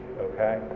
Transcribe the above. okay